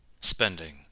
spending